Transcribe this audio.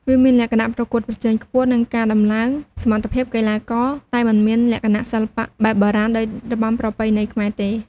វាមានលក្ខណៈប្រកួតប្រជែងខ្ពស់ និងការតំឡើងសមត្ថភាពកីឡាករ តែមិនមានលក្ខណៈសិល្បៈបែបបុរាណដូចរបាំប្រពៃណីខ្មែរទេ។